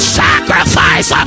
sacrifice